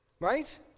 Right